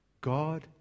God